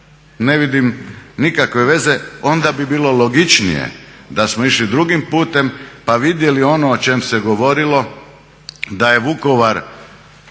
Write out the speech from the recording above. Ne vidim nikakve veze. Onda bi bilo logičnije da smo išli drugim putem pa vidjeli ono o čemu se govorilo da je Vukovar